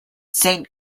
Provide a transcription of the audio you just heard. saint